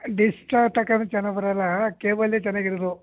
dish ತಗಂಡ್ರೆ ಚೆನ್ನಾಗಿ ಬರೋಲ್ಲ ಕೇಬಲ್ಲೇ ಚೆನ್ನಾಗಿರೋದು